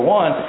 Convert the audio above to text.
one